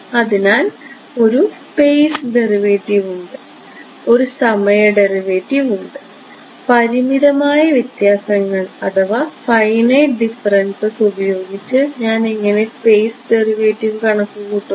അതിനാൽ ഒരു space derivative ഉണ്ട് ഒരു സമയ ഡെറിവേറ്റീവ് ഉണ്ട് പരിമിതമായ വ്യത്യാസങ്ങൾ ഉപയോഗിച്ച് ഞാൻ എങ്ങനെ സ്പേസ് ഡെറിവേറ്റീവ് കണക്കുകൂട്ടും